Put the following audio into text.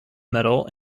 metal